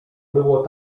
było